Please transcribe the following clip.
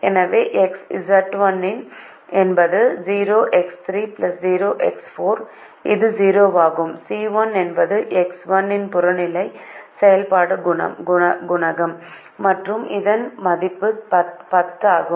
எனவே Z1 என்பது இது 0 ஆகும் C1 என்பது X1 இன் புறநிலை செயல்பாடு குணகம் மற்றும் இதன் மதிப்பு 10 ஆகும்